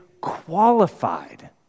qualified